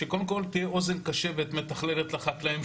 שקודם כל תהיה אוזן קשבת, מתכללת, לחקלאים.